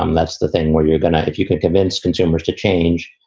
um that's the thing where you're going to if you can convince consumers to change,